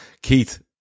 Keith